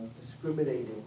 discriminating